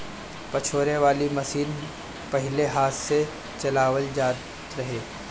पछोरे वाला मशीन पहिले हाथ से चलावल जात रहे